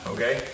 Okay